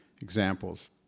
examples